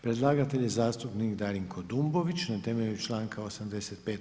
Predlagatelj je zastupnik Darinko Dumbović na temelju članka 85.